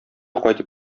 кайтып